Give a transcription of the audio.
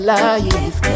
life